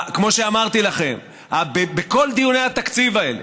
כמו שאמרתי לכם, בכל דיוני התקציב האלה,